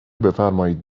بفرمائید